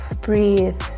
Breathe